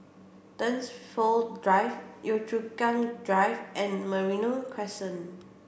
Dunsfold Drive Yio Chu Kang Drive and Merino Crescent